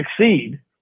succeed